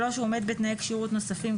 הוא עומד בתנאי כשירות נוספים,